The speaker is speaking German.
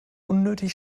unnötig